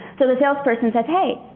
so the salesperson says, hey,